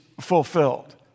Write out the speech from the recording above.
fulfilled